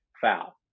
foul